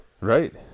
Right